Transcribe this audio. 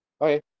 Okay